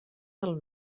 del